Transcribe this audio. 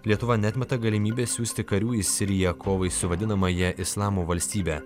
lietuva neatmeta galimybės siųsti karių į siriją kovai su vadinamąja islamo valstybę